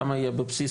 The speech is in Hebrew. כמה יהיה בבסיס